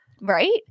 right